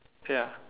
okay ah